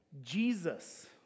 jesus